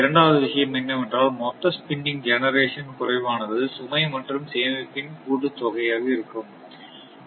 இரண்டாவது விஷயம் என்னவென்றால் மொத்த ஸ்பின்னிங் ஜெனரேஷன் குறைவானது சுமை மற்றும் சேமிப்பின் கூட்டுத் தொகையாக இருக்க வேண்டும்